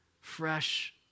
fresh